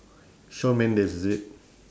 shawn mendes is it